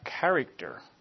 character